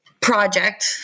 project